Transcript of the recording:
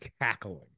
cackling